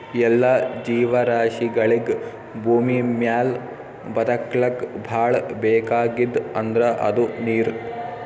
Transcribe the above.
ಎಲ್ಲಾ ಜೀವರಾಶಿಗಳಿಗ್ ಭೂಮಿಮ್ಯಾಲ್ ಬದಕ್ಲಕ್ ಭಾಳ್ ಬೇಕಾಗಿದ್ದ್ ಅಂದ್ರ ಅದು ನೀರ್